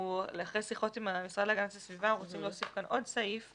אחרי שיחות עם המשרד להגנת הסביבה אנחנו רוצים להוסיף כאן עוד סעיף.